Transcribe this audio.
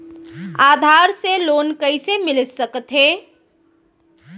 आधार से लोन कइसे मिलिस सकथे?